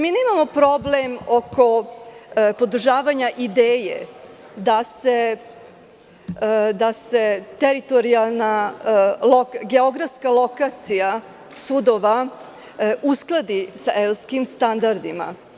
Mi nemamo problem oko podržavanja ideje da se teritorijalna geografska lokacija sudova uskladi sa evropskim standardima.